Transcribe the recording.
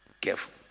Careful